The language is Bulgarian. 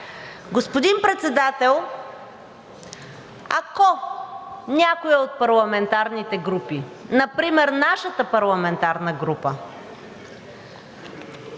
господин Председател, ако някоя от парламентарните групи, например нашата парламентарна група,